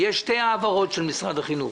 יש שתי העברות של משרד החינוך